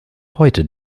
heute